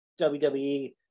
WWE